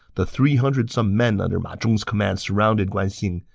the three hundred some men under ma zhong's command surrounded guan xing,